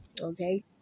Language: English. Okay